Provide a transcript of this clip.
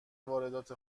واردات